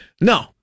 no